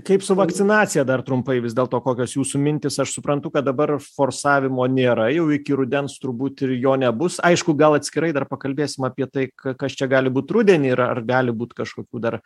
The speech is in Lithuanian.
kaip su vakcinacija dar trumpai vis dėlto kokios jūsų mintys aš suprantu kad dabar forsavimo nėra jau iki rudens turbūt ir jo nebus aišku gal atskirai dar pakalbėsim apie tai ka kas čia gali būt rudenį ir ar gali būt kažkokių dar